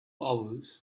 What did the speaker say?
hours